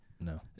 No